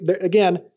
again